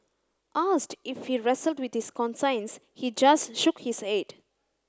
asked if he wrestled with his conscience he just shook his head